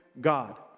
God